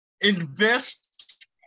invest